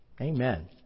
Amen